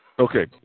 Okay